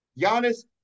Giannis